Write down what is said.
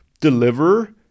deliver